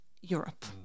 Europe